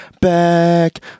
back